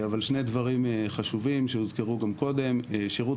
שני דברים חשובים שהוזכרו קודם: שירות